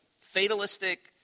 fatalistic